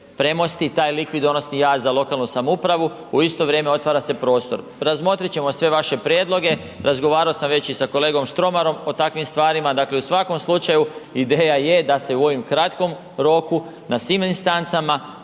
premosti taj likvidonosni jaz za lokalnu samoupravu, u isto vrijeme otvara se prostor. Razmotrit ćemo sve vaše prijedloge, razgovarao sam već i sa kolegom Štromarom o takvim stvarima. Dakle, u svakom slučaju ideja je da se u ovom kratkom roku na svim instancama